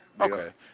Okay